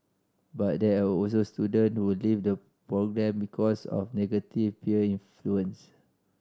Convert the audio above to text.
but there are also student who leave the programme because of negative peer influence